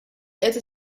qiegħed